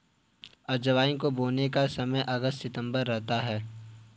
अजवाइन को बोने का समय अगस्त सितंबर रहता है